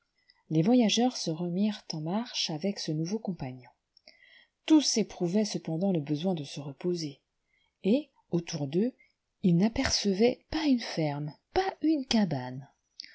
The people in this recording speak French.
les voyageurs se remirent en marche avec ce nouveau compagnon tous éprouvaient cependant le besoin de se reposer et autour d'eux ils n'apercevaient pas une ferme pas une cabane